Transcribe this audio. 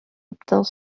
obtint